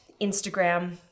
Instagram